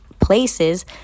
places